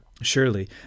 Surely